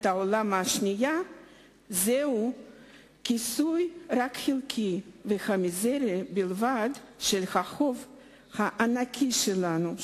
העולם השנייה זהו כיסוי החלק המזערי בלבד של החוב הענקי שלנו,